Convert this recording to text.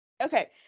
Okay